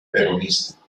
peronista